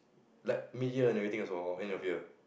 like mid year or anything so end of year